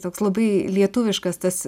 toks labai lietuviškas tas